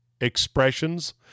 expressions